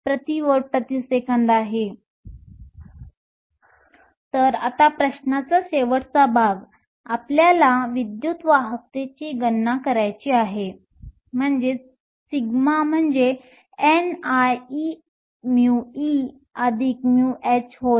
तर आता प्रश्नाचा शेवटचा भाग आपल्याला विद्युत वाहकतेची गणना करायची आहे σ म्हणजे ni e μe μh होय